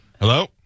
Hello